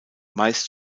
meist